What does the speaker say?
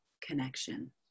connection